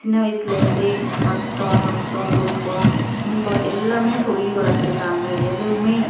சின்ன வயசுலேயிருந்தே கஸ்டம் நஸ்டம் துன்பம் இன்பம் எல்லாமே சொல்லி வளர்த்துருக்காங்க எதுவுமே